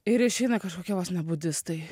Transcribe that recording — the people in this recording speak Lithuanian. ir išeina kažkokie vos ne budistai